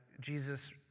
Jesus